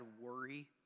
worry